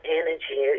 energy